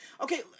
Okay